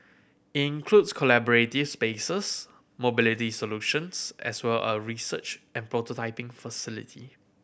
it includes collaborative spaces mobility solutions as well as a research and prototyping facility